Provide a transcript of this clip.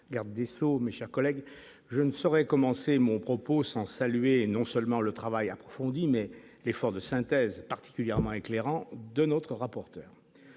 garde des Sceaux, mes chers collègues, je ne saurais commencer mon propos sans saluer non seulement le travail approfondi mais l'effort de synthèse particulièrement éclairante de notre rapporteur